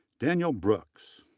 daniel brooks,